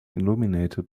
illuminated